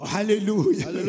Hallelujah